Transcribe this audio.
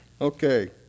Okay